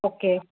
okay